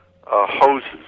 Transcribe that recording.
hoses